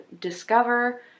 Discover